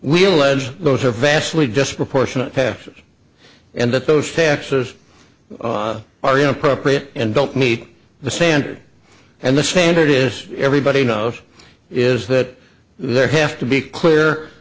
let those are vastly disproportionate taxes and that those taxes are inappropriate and don't meet the standard and the standard is everybody knows is that there have to be clear